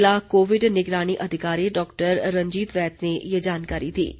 जिला कोविड निगरानी अधिकारी डॉ रंजीत वैद ने ये जानकारी दी है